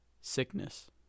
sickness